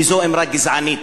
כי זו אמירה גזענית.